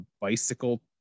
bicycle